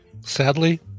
sadly